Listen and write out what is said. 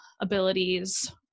abilities